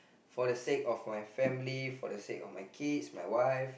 for the sake of my family for the sake of my kids my wife